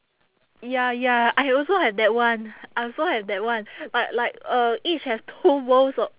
ya ya I also have that [one] I also have that [one] but like uh each have two bowls o~